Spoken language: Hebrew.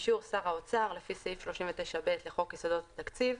באישור שר האוצר לפי סעיף 39ב לחוק יסודות התקציב,